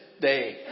day